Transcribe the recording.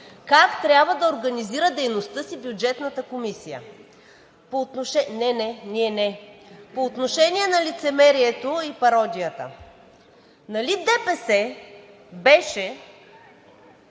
как трябва да организира дейността си Бюджетната комисия. (Шум и реплики.) Не, не. Ние не. По отношение на лицемерието и пародията. Нали ДПС беше